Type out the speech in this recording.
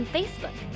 Facebook